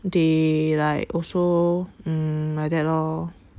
they like also mm like that lor